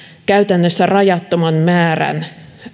käytännössä rajattoman määrän